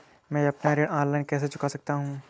मैं अपना ऋण ऑनलाइन कैसे चुका सकता हूँ?